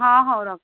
ହଁ ହଉ ରଖ